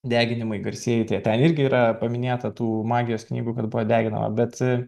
deginimai garsieji ten irgi yra paminėta tų magijos knygų kad buvo deginama bet